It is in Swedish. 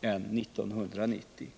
än år 1990.